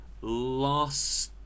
last